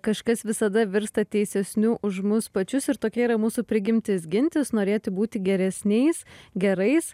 kažkas visada virsta teisesniu už mus pačius ir tokia yra mūsų prigimtis gintis norėti būti geresniais gerais